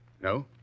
No